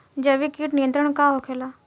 जैविक कीट नियंत्रण का होखेला?